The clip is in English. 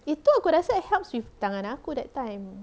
itu aku rasa help with tangan aku that time